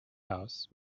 house